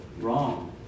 wrong